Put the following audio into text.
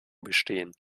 bestehen